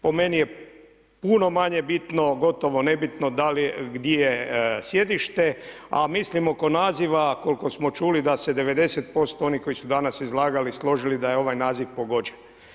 Po meni je puno manje bitno, gotovo nebitno gdi je sjedište, a mislim oko naziva, koliko smo čuli da se 90% onih koji su danas izlagali, složili da je ovaj naziv pogođen.